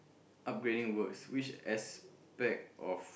upgrading works which aspect of